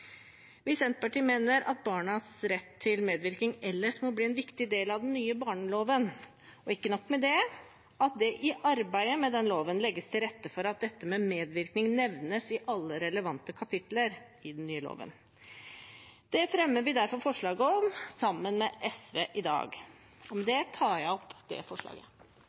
Senterpartiet mener at barnas rett til medvirkning ellers må bli en viktig del av den nye barnevernsloven, og ikke nok med det: at det i det arbeidet legges til rette for at medvirkning nevnes i alle relevante kapitler i den nye loven. Det fremmer vi derfor forslag om sammen med SV i dag, og med det tar jeg opp det forslaget.